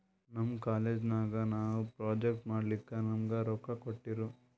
ನಮ್ ಕಾಲೇಜ್ ನಾಗ್ ನಾವು ಪ್ರೊಜೆಕ್ಟ್ ಮಾಡ್ಲಕ್ ನಮುಗಾ ರೊಕ್ಕಾ ಕೋಟ್ಟಿರು